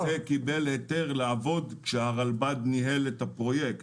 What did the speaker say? זה עבד כי זה קיבל היתר לעבוד כשהרלב"ד ניהלה את הפרויקט.